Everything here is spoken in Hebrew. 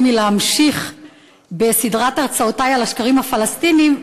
מלהמשיך בסדרת הרצאותי על השקרים הפלסטיניים,